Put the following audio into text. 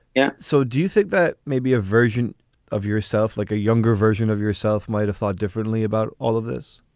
yeah. so do you think that maybe a version of yourself, like a younger version of yourself might've thought differently about all of this?